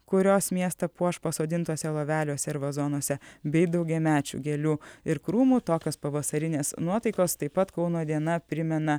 kurios miestą puoš pasodintuose loveliuose ir vazonuose bei daugiamečių gėlių ir krūmų tokios pavasarinės nuotaikos taip pat kauno diena primena